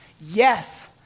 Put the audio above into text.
Yes